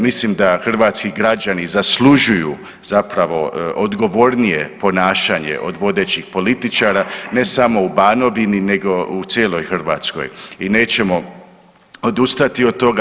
Mislim da hrvatski građani zaslužuju zapravo odgovornije ponašanje od vodećih političara ne samo u Banovini nego u cijeloj Hrvatskoj i nećemo odustati od toga.